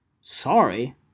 sorry